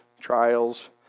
trials